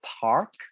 Park